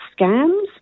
scams